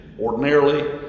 ordinarily